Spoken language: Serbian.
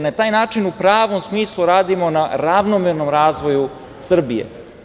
Na taj način u pravom smislu radimo na ravnomernom razvoju Srbije.